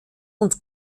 und